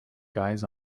guys